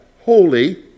holy